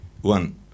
one